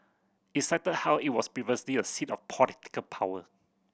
it cited how it was previously a seat of political power